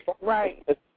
Right